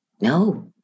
No